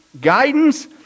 guidance